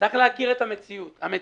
צריך להכיר את המציאות.